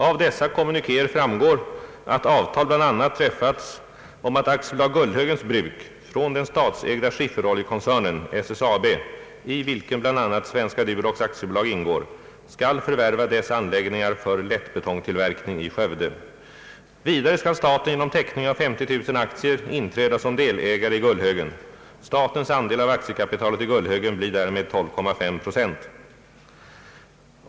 Av dessa kommunikéer framgår att avtal bl.a. träffats om att AB Gullhögens bruk från den statsägda Skifferoljekoncernen , i vilken bl.a. Svenska Durox AB ingår, skall förvärva dess anläggningar för lättbetongtillverkning i Skövde. Vidare skall staten genom teckning av 50 000 aktier inträda som delägare i Gullhögen. Statens andel av aktiekapitalet i Gullhögen blir därmed 12,5 I.